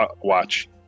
watch